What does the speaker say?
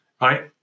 right